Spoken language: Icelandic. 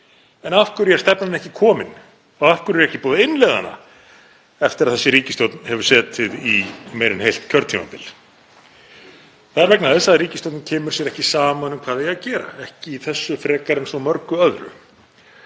En af hverju er stefnan ekki komin og af hverju er ekki búið að innleiða hana eftir að þessi ríkisstjórn hefur setið í meira en heilt kjörtímabil? Það er vegna þess að ríkisstjórnin kemur sér ekki saman um hvað eigi að gera, ekki í þessu frekar en svo mörgu öðru.